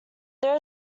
there